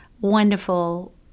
wonderful